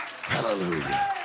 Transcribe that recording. hallelujah